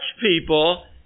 people